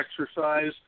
exercise